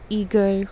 eager